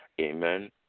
Amen